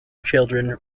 children